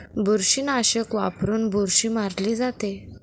बुरशीनाशक वापरून बुरशी मारली जाते